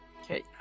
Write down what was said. Okay